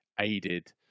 aided